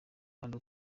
kandi